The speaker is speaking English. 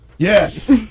Yes